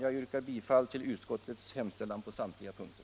Jag yrkar bifall till utskottets hemställan på samtliga punkter.